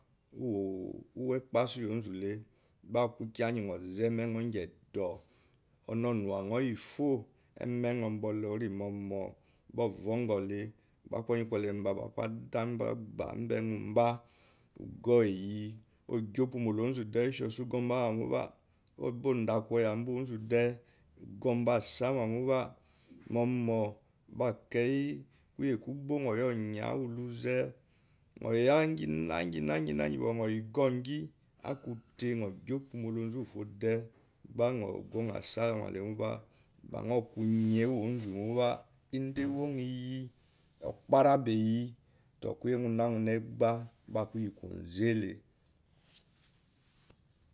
Uwu ekpasu iyeonzule gba aku kiya ngi nyozo emenenyo mgi nyozo emene nyo mgi edour on umuwanyo iyi fo ememe nyo orimomu gba uvongou lé gbá kanyi kole mba bá akú adakogba mbe nyomba ugou iyi ogi opoumola onzu de gbá osalemubá ubouda koya mbá onzu de mób` moumo gbakái koye kobo nyo yáá onya uwuluze nginana ngi bokur nyo gi akute nyo gi opoumo la onzu de gba uguor nyo asama lemoba baa nyo kuyin uwonzu móbá mbá ewonyo iyi okpárá ba iyi tou kuyingiinana egbáá gba aku iyi konzele